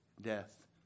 death